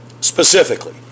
specifically